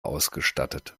ausgestattet